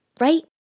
right